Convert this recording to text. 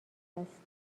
است